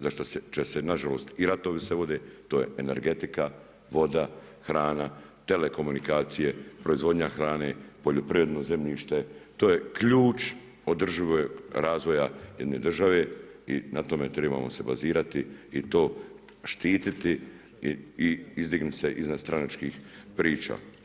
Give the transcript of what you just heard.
za šta će se nažalost i ratovi se vode, to je energetika, voda, hrana, telekomunikacije, proizvodnja hrane, poljoprivredno zemljište, to je ključ održivog razvoja jedne države i na tome trebamo se bazirati i to štititi i izdignuti se iznad stranačkih priča.